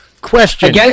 Question